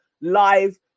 live